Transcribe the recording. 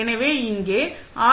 எனவே இங்கே ஆர்